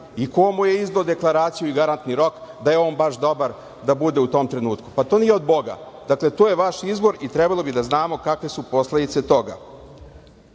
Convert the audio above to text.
i ko mu je izdao deklaraciju i garantni rok da je on baš dobar da bude u tom trenutku. To nije od Boga, to je vaš izbor i trebalo bi da znamo kakve su posledice toga. Nešto